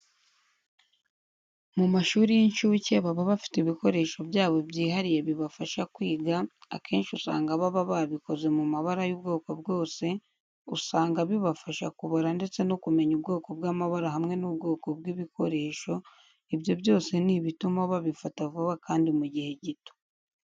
Mu mashuri y'incuke baba bafite ibikoresho byabo byihariye bibafasha kwiga, akenshi usanga baba babikoze mu mabara y'ubwoko bwose, usanga bibafasha kubara ndetse no kumenya ubwoko bw'amabara hamwe n'ubwoko bw'ibikoresho, ibyo byose ni ibituma babifata vuba kandi mu gihe gito.